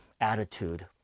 attitude